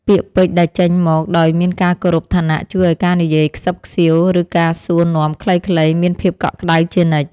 ពាក្យពេចន៍ដែលចេញមកដោយមានការគោរពឋានៈជួយឱ្យការនិយាយខ្សឹបខ្សៀវឬការសួរនាំខ្លីៗមានភាពកក់ក្តៅជានិច្ច។